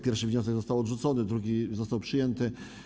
Pierwszy wniosek został odrzucony, drugi został przyjęty.